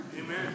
Amen